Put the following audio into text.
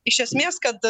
iš esmės kad